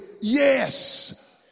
yes